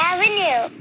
Avenue